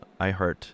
iHeart